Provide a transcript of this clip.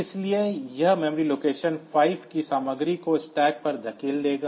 इसलिए यह memory location 5 की सामग्री को स्टैक पर धकेल देगा